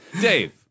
Dave